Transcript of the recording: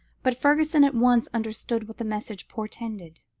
but fergusson at once understood what the message portended.